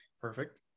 Perfect